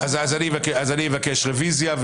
אני אבקש רביזיה.